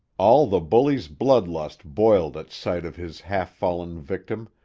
all the bully's blood-lust boiled at sight of his half-fallen victim,